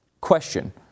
question